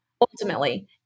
ultimately